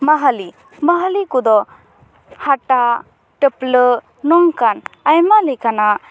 ᱢᱟᱦᱟᱞᱤ ᱢᱟᱦᱟᱞᱤ ᱠᱚᱫᱚ ᱦᱟᱴᱟᱜ ᱴᱟᱹᱯᱞᱟᱹᱜ ᱱᱚᱝᱠᱟᱱ ᱟᱭᱢᱟ ᱞᱮᱠᱟᱱᱟᱜ